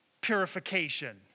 purification